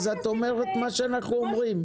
אז את אומרת את מה שאנחנו אומרים.